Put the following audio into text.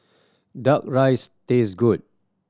Duck Rice taste good